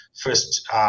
First